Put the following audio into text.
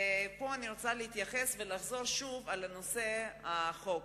פה אני רוצה להתייחס ולחזור שוב לנושא החוק.